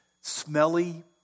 smelly